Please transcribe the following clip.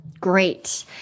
Great